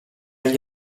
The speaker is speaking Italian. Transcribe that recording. gli